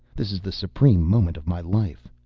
this is the supreme moment of my life.